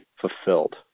fulfilled